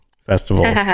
festival